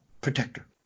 protector